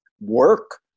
work